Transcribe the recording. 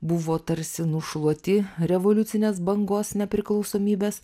buvo tarsi nušluoti revoliucinės bangos nepriklausomybės